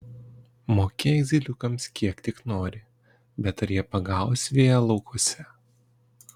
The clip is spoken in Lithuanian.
mokėk zyliukams kiek tik nori bet ar jie pagaus vėją laukuose